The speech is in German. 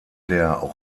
der